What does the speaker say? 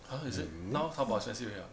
!huh! is it now Taobao expensive already ah